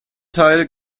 teil